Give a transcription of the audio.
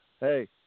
Hey